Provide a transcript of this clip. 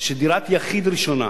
שדירת יחיד ראשונה,